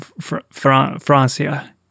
Francia